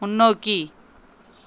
முன்னோக்கி